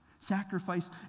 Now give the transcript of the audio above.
Sacrifice